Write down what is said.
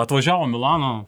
atvažiavo milano